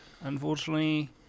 unfortunately